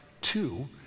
Two